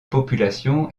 population